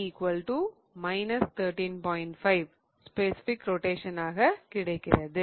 5 specific ரொட்டேஷனாக கிடைக்கிறது